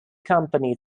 company